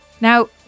Now